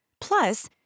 Plus